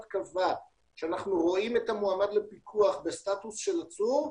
קבע שאנחנו רואים את המועמד לפיקוח בסטטוס של עצור,